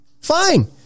fine